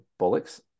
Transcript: bollocks